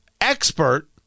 expert